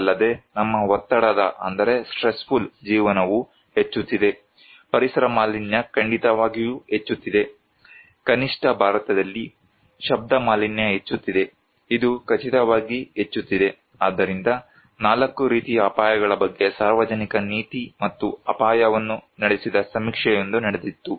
ಅಲ್ಲದೆ ನಮ್ಮ ಒತ್ತಡದ ಜೀವನವು ಹೆಚ್ಚುತ್ತಿದೆ ಪರಿಸರ ಮಾಲಿನ್ಯ ಖಂಡಿತವಾಗಿಯೂ ಹೆಚ್ಚುತ್ತಿದೆ ಕನಿಷ್ಠ ಭಾರತದಲ್ಲಿ ಶಬ್ದ ಮಾಲಿನ್ಯ ಹೆಚ್ಚುತ್ತಿದೆ ಇದು ಖಚಿತವಾಗಿ ಹೆಚ್ಚುತ್ತಿದೆ ಆದ್ದರಿಂದ 4 ರೀತಿಯ ಅಪಾಯಗಳ ಬಗ್ಗೆ ಸಾರ್ವಜನಿಕ ನೀತಿ ಮತ್ತು ಅಪಾಯವನ್ನು ನಡೆಸಿದ ಸಮೀಕ್ಷೆಯೊಂದು ನಡೆದಿತ್ತು